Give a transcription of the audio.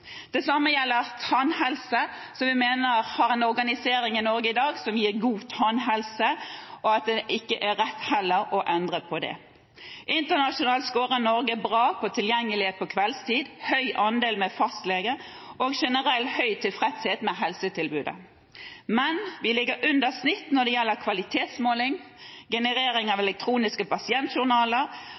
Det samme gjelder tannhelse – vi mener at vi har en organisering i Norge i dag som gir god tannhelse, og at det heller ikke er rett å endre på det. Internasjonalt scorer Norge bra på tilgjengelighet på kveldstid, høy andel av fastleger og generelt høy tilfredshet med helsetilbudet, men vi ligger under snittet når det gjelder kvalitetsmåling og generering av elektroniske pasientjournaler